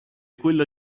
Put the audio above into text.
quello